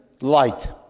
light